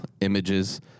images